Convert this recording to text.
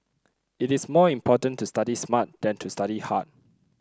it is more important to study smart than to study hard